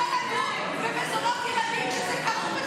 לדון במזונות ילדים כשזה כרוך בתביעת גירושין.